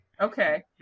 okay